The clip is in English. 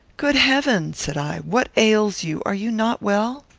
good heaven! said i, what ails you? are you not well?